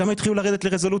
שם התחילו לרדת לרזולוציות,